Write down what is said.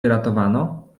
wyratowano